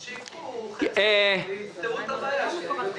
אז שייקחו חצי מזה ויפתרו את הבעיה של הילדים.